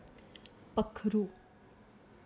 पक्खरू